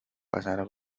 pasar